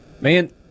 man